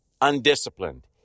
undisciplined